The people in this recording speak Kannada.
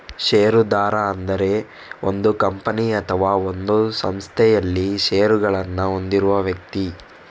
ಷೇರುದಾರ ಅಂದ್ರೆ ಒಂದು ಕಂಪನಿ ಅಥವಾ ಒಂದು ಸಂಸ್ಥೆನಲ್ಲಿ ಷೇರುಗಳನ್ನ ಹೊಂದಿರುವ ವ್ಯಕ್ತಿ